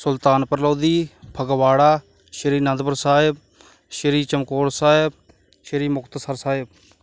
Sultanpur Lodhi Phagwara Shri Anandpur Sahib Sri Chamkaur Sahib Shri Muktsar Sahib